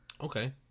Okay